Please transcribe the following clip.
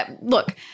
Look